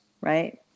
right